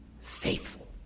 faithful